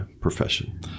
profession